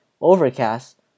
Overcast